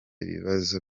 ibibazo